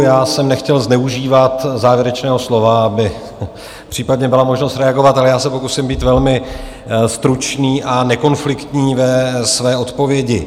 Já jsem nechtěl zneužívat závěrečného slova, aby případně byla možnost reagovat, ale já se pokusím být velmi stručný a nekonfliktní ve své odpovědi.